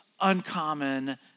uncommon